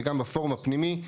וגם בפורום הפנימי,